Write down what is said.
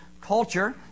culture